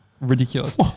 ridiculous